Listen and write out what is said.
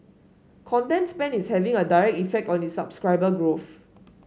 content spend is having a direct effect on its subscriber growth